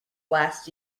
last